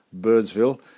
Birdsville